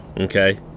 Okay